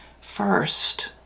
first